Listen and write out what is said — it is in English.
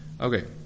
Okay